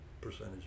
percentage